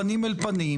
פנים מול פנים.